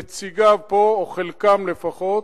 נציגיו פה או חלקם לפחות,